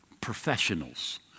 professionals